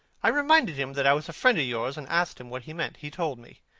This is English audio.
i reminded him that i was a friend of yours, and asked him what he meant. he told me.